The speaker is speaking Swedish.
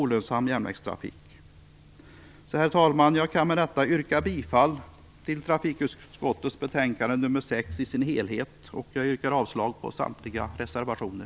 Med det anförda yrkar jag bifall till hemställan trafikutskottets betänkande nr 6 i dess helhet och avslag på samtliga reservationer.